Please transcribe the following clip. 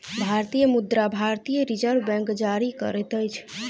भारतीय मुद्रा भारतीय रिज़र्व बैंक जारी करैत अछि